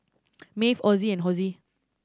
Maeve Ozzie and Hosie